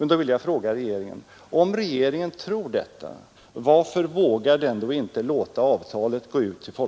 Jag vill fråga regeringen: Om regeringen tror detta, varför vågar den då inte låta avtalet gå ut till